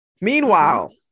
meanwhile